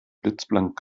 blitzblank